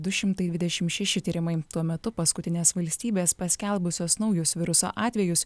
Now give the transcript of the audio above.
du šimtai dvidešim šeši tyrimai tuo metu paskutinės valstybės paskelbusios naujus viruso atvejus